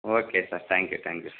okay sir thank you thank you sir